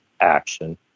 action